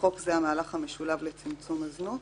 (בחוק זה, המהלך המשולב לצמצום הזנות),